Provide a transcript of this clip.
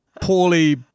poorly